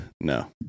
No